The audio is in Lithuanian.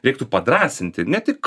reiktų padrąsinti ne tik